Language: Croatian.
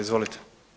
Izvolite.